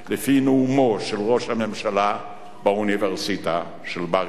לפי נאומו של ראש הממשלה באוניברסיטה של בר-אילן.